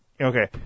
Okay